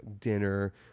dinner